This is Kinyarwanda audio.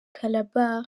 calabar